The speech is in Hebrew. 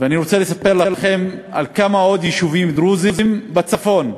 ואני רוצה לספר לכם על עוד כמה יישובים דרוזיים בצפון.